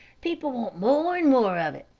people want more and more of it.